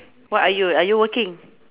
what are you are you working